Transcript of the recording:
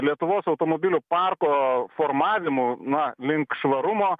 lietuvos automobilių parko formavimu na link švarumo